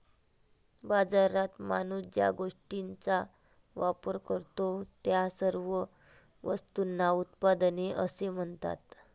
बाजारात माणूस ज्या गोष्टींचा वापर करतो, त्या सर्व वस्तूंना उत्पादने असे म्हणतात